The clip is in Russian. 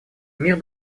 мир